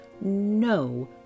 no